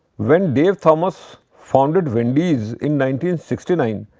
when dave thomas founded wendy's in nineteen-sixtynine,